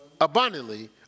abundantly